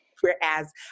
Whereas